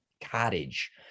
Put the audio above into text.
cottage